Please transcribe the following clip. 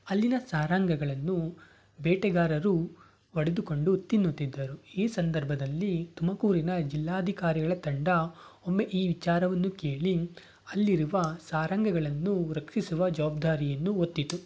ಅಲ್ಲಿನ ಸಾರಂಗಗಳನ್ನು ಬೇಟೆಗಾರರು ಹೊಡೆದುಕೊಂಡು ತಿನ್ನುತ್ತಿದ್ದರು ಈ ಸಂದರ್ಭದಲ್ಲಿ ತುಮಕೂರಿನ ಜಿಲ್ಲಾಧಿಕಾರಿಗಳ ತಂಡ ಒಮ್ಮೆ ಈ ವಿಚಾರವನ್ನು ಕೇಳಿ ಅಲ್ಲಿರುವ ಸಾರಂಗಗಳನ್ನು ರಕ್ಷಿಸುವ ಜವಾಬ್ದಾರಿಯನ್ನು ಹೊತ್ತಿತು